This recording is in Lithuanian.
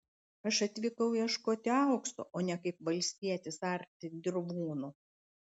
aš atvykau ieškoti aukso o ne kaip valstietis arti dirvonų